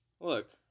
look